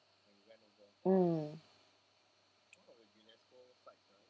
mm